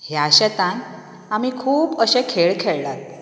ह्या शेतांत आमी खूब अशें खेळ खेळ्ळ्यात